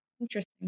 interesting